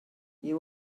you